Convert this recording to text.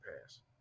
pass